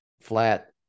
flat